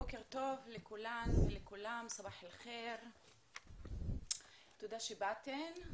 בוקר טוב לכולם, סבאח אל-חיר - תודה שבאתם,